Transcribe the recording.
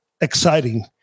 exciting